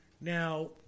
Now